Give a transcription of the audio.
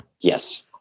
Yes